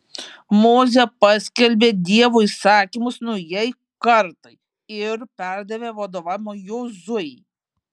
mozė paskelbė dievo įsakymus naujai kartai ir perdavė vadovavimą jozuei